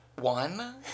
one